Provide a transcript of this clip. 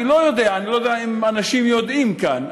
אני לא יודע אם אנשים יודעים כאן.